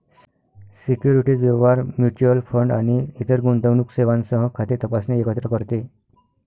securities व्यवहार, mutual fund आणि इतर गुंतवणूक सेवांसह खाते तपासणे एकत्र करते